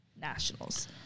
Nationals